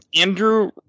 Andrew